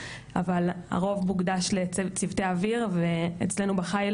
אבל הרוב מוקדש לצוותי האוויר ואצלנו בחייל